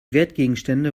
wertgegenstände